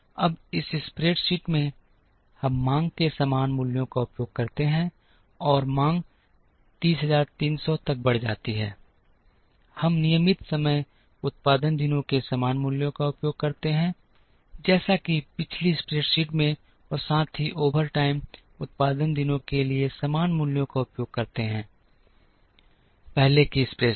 अब इस स्प्रेडशीट में हम मांग के समान मूल्यों का उपयोग करते हैं और ये मांग 30300 तक बढ़ जाती है हम नियमित समय उत्पादन दिनों के समान मूल्यों का उपयोग करते हैं जैसा कि पिछली स्प्रैडशीट में और साथ ही ओवरटाइम उत्पादन दिनों के लिए समान मूल्यों का उपयोग करते हैं पहले की स्प्रैडशीट